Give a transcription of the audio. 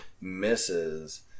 misses